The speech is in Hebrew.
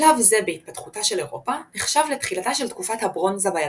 שלב זה בהתפתחותה של אירופה נחשב לתחילתה של תקופת הברונזה ביבשת.